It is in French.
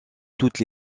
toutes